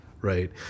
right